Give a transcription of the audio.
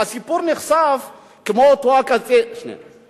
הסיפור נחשף, כמו אותו הקצין, אם